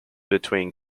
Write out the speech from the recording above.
between